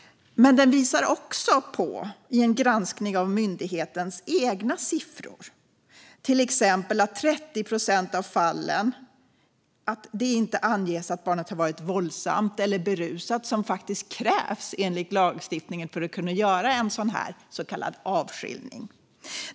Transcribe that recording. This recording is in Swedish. Men den visar också, i en granskning av myndighetens egna siffror, att det i till exempel 30 procent av fallen inte anges att barnet har varit våldsamt eller berusat, vilket faktiskt krävs enligt lagstiftningen för att man ska få göra en så kallad avskiljning.